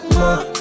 more